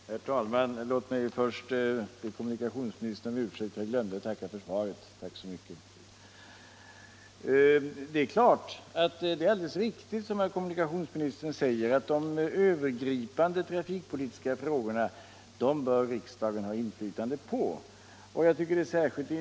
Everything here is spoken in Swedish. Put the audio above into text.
Herr talman! Låt mig först be kommunikationsministern om ursäkt för att jag glömde att tacka för svaret. Jag tackar så mycket för det. Det är alldeles riktigt, som kommunikationsministern säger, att riksdagen bör ha inflytande på de övergripande trafikpolitiska frågorna.